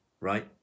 right